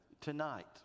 Tonight